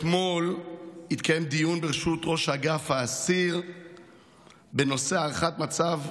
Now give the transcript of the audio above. אתמול התקיים דיון בראשות ראש אגף האסיר בנושא הערכת מצב,